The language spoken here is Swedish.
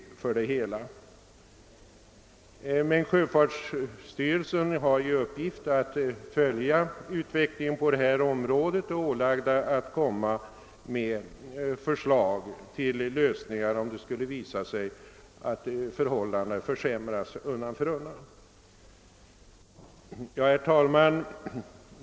Sjöfartsstyrelsen har emellertid till uppgift att följa utvecklingen på detta område och är ålagd att framföra förslag till lösningar, om det skulle visa sig att förhållandena försämras. Herr talman!